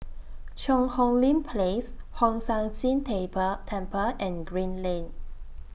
Cheang Hong Lim Place Hong San See table Temple and Green Lane